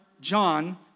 John